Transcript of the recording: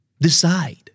decide